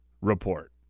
report